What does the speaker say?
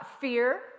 fear